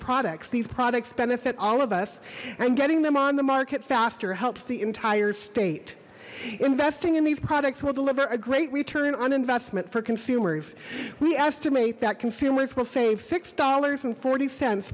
products these products benefit all of us and getting them on the market faster helps the entire state investing in these products will deliver a great return on investment for consumers we estimate that consumers will save six dollars and forty cents